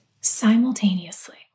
simultaneously